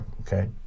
okay